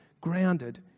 grounded